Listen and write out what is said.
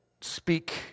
speak